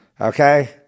Okay